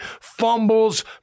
fumbles